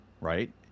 right